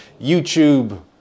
YouTube